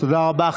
תודה רבה.